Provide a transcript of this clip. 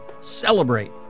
Celebrate